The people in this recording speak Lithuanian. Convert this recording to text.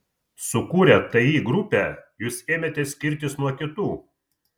sukūrę ti grupę jūs ėmėte skirtis nuo kitų